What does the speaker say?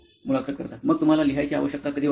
मुलाखत कर्ता मग तुम्हाला लिहायची आवश्यकता कधी वाटते